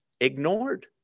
ignored